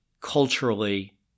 culturally